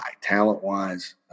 talent-wise